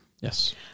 Yes